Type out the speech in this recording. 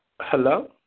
Hello